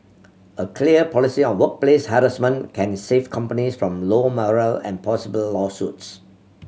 a clear policy on workplace harassment can save companies from low morale and possibly lawsuits